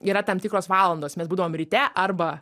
yra tam tikros valandos mes būdavom ryte arba